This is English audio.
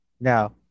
Now